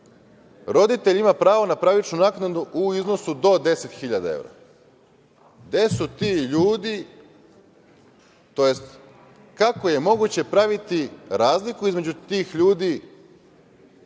roditelj ima pravo na pravičnu naknadu u iznosu do 10.000 evra. Gde su ti ljudi, tj. kako je moguće praviti razliku između tih ljudi